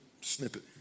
snippet